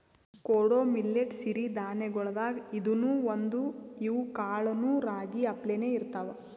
ಕೊಡೊ ಮಿಲ್ಲೆಟ್ ಸಿರಿ ಧಾನ್ಯಗೊಳ್ದಾಗ್ ಇದೂನು ಒಂದು, ಇವ್ ಕಾಳನೂ ರಾಗಿ ಅಪ್ಲೇನೇ ಇರ್ತಾವ